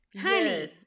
Honey